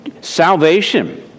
salvation